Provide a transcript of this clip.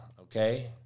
okay